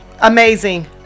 Amazing